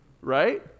right